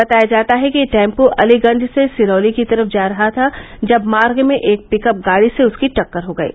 बताया जाता है कि टेम्पो अलीगंज से सिरौली की तरफ जा रहा था जब मार्ग में एक पिक्रप गाड़ी से उसकी टक्कर हो गयी